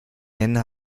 händen